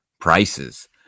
prices